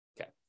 Okay